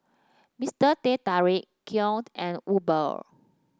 Mister Teh Tarik Kiehl and Uber